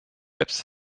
apps